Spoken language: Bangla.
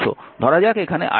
ধরা যাক এখানে i0 2 ix